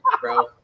bro